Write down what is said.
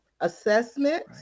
assessment